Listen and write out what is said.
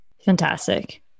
fantastic